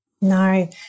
no